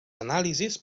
anàlisis